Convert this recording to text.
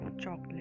chocolate